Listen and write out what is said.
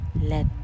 let